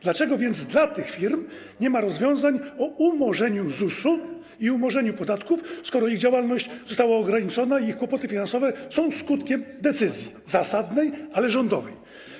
Dlaczego więc dla tych firm nie ma rozwiązań o umorzeniu ZUS-u i umorzeniu podatków, skoro ich działalność została ograniczona i ich kłopoty finansowe są skutkiem decyzji, decyzji zasadnej, ale rządowej?